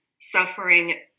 suffering